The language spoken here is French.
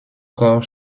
corps